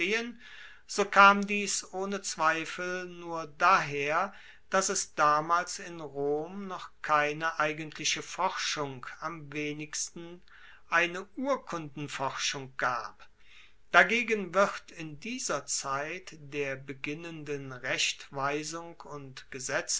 so kam dies ohne zweifel nur daher dass es damals in rom noch keine eigentliche forschung am wenigsten eine urkundenforschung gab dagegen wird in dieser zeit der beginnenden rechtweisung und